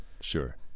Sure